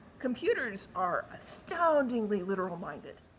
computers are astoundingly literal minded,